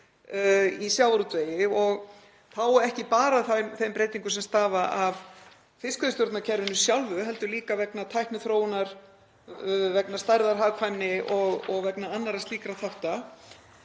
í sjávarútvegi og þá ekki bara þeim breytingum sem stafa af fiskveiðistjórnarkerfinu sjálfu heldur líka vegna tækniþróunar, vegna stærðarhagkvæmni og annarra slíkra þátta.